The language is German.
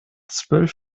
zwölf